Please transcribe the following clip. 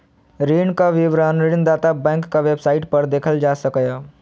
ऋणक विवरण ऋणदाता बैंकक वेबसाइट पर देखल जा सकैए